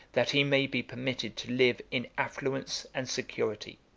that he may be permitted to live in affluence and security.